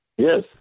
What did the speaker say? Yes